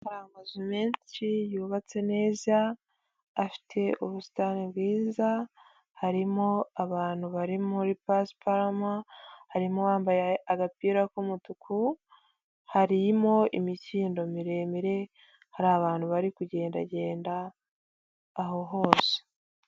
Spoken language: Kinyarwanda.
Hari amazu menshi yubatse neza, afite ubusitani bwiza, harimo abantu bari muri pasiparama, harimo uwambaye agapira k'umutuku, harimo imikindo miremire, hari abantu bari kugenda genda aho hose.